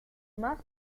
más